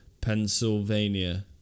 Pennsylvania